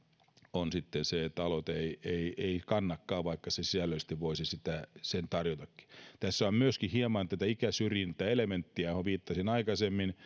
on sitten se että aloite ei ei kannakaan vaikka se sisällöllisesti voisi sen tarjotakin tässä on myöskin hieman tätä ikäsyrjintäelementtiä johon viittasin aikaisemmin